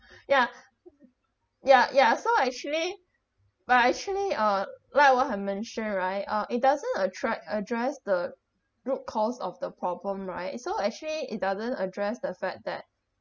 ya ya ya so actually but actually uh like what I have mentioned right uh it doesn't attra~ address the root cause of the problem right so actually it doesn't address the fact that